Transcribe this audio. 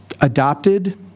adopted